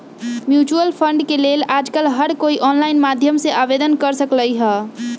mutual fund के लेल आजकल हर कोई ऑनलाईन माध्यम से आवेदन कर सकलई ह